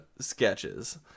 sketches